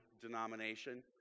denomination